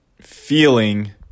feeling